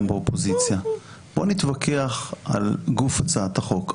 באופוזיציה: בואו נתווכח על גוף הצעת החוק.